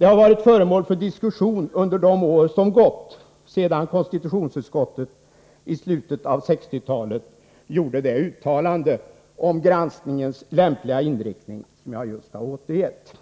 har varit föremål för diskussion under de år som gått sedan konstitutionsutskottet i slutet av 1960-talet gjorde det uttalande om granskningens lämpliga inriktning som jag just återgett.